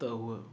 त उहा